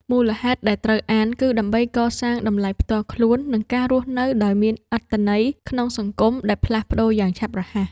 មូលហេតុដែលត្រូវអាន គឺដើម្បីកសាងតម្លៃផ្ទាល់ខ្លួន និងការរស់នៅដោយមានអត្ថន័យក្នុងសង្គមដែលផ្លាស់ប្តូរយ៉ាងឆាប់រហ័ស។